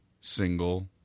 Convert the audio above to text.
single